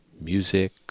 music